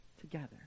together